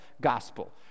gospel